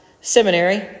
Seminary